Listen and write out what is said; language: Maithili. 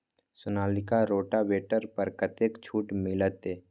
सोनालिका रोटावेटर पर कतेक छूट मिलते?